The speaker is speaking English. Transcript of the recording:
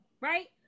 Right